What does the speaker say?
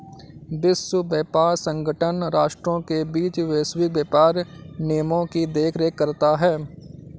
विश्व व्यापार संगठन राष्ट्रों के बीच वैश्विक व्यापार नियमों की देखरेख करता है